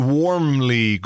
warmly